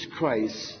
Christ